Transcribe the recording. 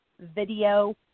video